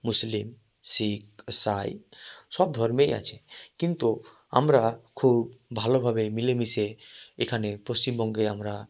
মুসলিম শিখ সাঁই সব ধর্মেই আছে কিন্তু আমরা খুব ভালোভাবে মিলেমিশে এখানে পশ্চিমবঙ্গে আমরা